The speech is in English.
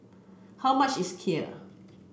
how much is Kheer